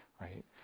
Right